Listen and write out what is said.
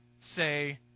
say